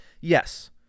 Yes